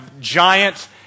giant